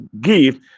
give